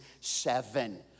seven